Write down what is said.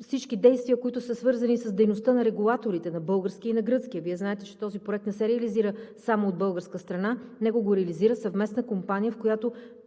всички действия, които са свързани с дейността на регулаторите – на българския и на гръцкия. Вие знаете, че този проект не се реализира само от българска страна, него го реализира съвместна компания, в която